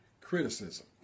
criticism